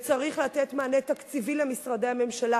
וצריך לתת מענה תקציבי למשרדי הממשלה,